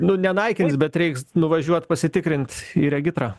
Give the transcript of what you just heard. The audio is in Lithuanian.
nu nenaikins bet reiks nuvažiuot pasitikrint į regitrą